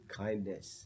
kindness